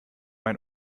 ein